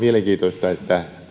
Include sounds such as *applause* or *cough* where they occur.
*unintelligible* mielenkiintoista että